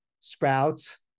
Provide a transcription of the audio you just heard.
sprouts